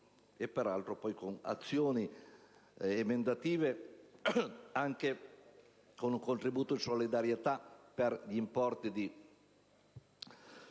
poi, con azioni emendative, anche con un contributo di solidarietà per importi di pensione